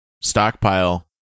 stockpile